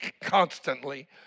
constantly